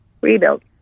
rebuild